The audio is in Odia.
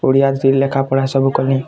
ଓଡ଼ିଆରେ ସେ ଲେଖା ପଢ଼ା ସବୁ କଲି